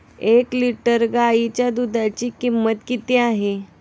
एक लिटर गाईच्या दुधाची किंमत किती आहे?